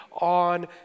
on